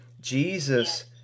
Jesus